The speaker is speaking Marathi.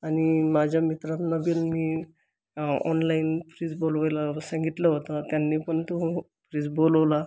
आणि माझ्या मित्रांना पण मी ऑनलाइन फ्रीज बोलवायला सांगितलं होतं त्यांनी पण तो फ्रीज बोलवला